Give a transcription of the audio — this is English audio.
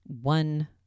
one